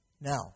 Now